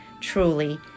Truly